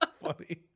funny